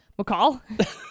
McCall